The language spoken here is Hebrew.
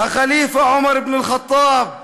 הח'ליפה עומר אבן אל-ח'טאב,